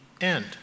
end